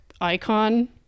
icon